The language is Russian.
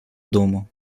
дому